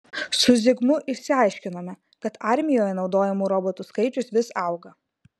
su zigmu išsiaiškinome kad armijoje naudojamų robotų skaičius vis auga